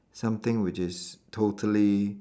something which is totally